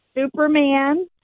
superman